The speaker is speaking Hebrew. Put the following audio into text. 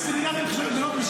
לומדות בסמינרים של בנות,